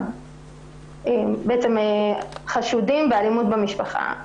בעצם חשודים באלימות במשפחה,